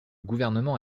gouvernement